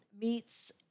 meets